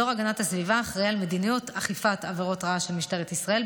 מדור הגנת הסביבה אחראי למדיניות אכיפת עבירות רעש של משטרת ישראל,